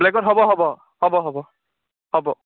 ব্লেকত হ'ব হ'ব হ'ব হ'ব হ'ব